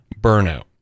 burnout